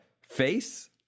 face